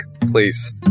please